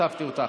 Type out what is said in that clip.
הוספתי אותך,